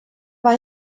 war